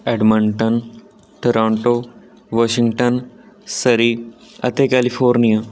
Edmonton Toronto Washington Surrey ਅਤੇ California